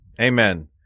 Amen